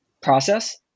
process